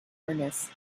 harness